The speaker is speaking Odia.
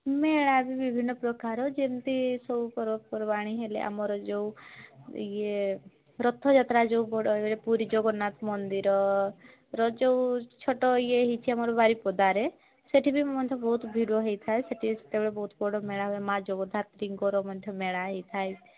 ମେଳା ବି ବିଭିନ୍ନ ପ୍ରକାର ଯେମତି ସବୁ ପର୍ବପର୍ବାଣୀ ହେଲେ ଆମର ଯେଉଁ ଇଏ ରଥଯାତ୍ରା ଯେଉଁ ବଡ଼ ପୁରୀ ଜଗନ୍ନାଥ ମନ୍ଦିର ରଜ ଯେଉଁ ଛୋଟ ଇଏ ହେଇଛି ଆମର ବାରିପଦାରେ ସେଇଠି ବି ମଣିଷ ବହୁତ ଭିଡ଼ ହେଇଥାଏ ସେଇଠି ସେତେବେଳେ ବି ବହୁତ ବଡ଼ ମେଳା ହୁଏ ମା' ଜଗଧାତ୍ରୀଙ୍କର ମଧ୍ୟ ମେଳା ହେଇଥାଏ